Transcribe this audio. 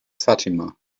fatima